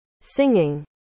Singing